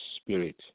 spirit